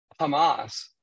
Hamas